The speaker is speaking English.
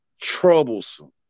troublesome